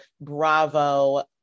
Bravo